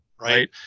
right